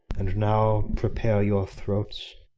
and now prepare your throats.